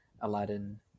Aladdin